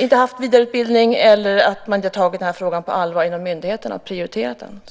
inte har haft vidareutbildning eller att man inte har tagit frågan på allvar inom myndigheterna och prioriterat den.